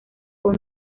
con